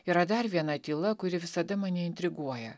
yra dar viena tyla kuri visada mane intriguoja